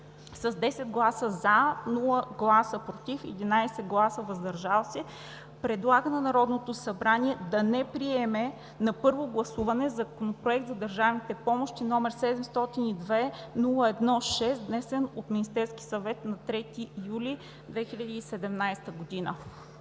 с 10 гласа „за”, без „против” и 11 гласа „въздържали се” предлага на Народното събрание да не приеме на първо гласуване Законопроект за държавните помощи, № 702-01-6, внесен от Министерския съвет на 3 юли 2017 г.“